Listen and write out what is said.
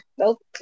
okay